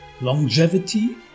longevity